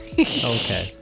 Okay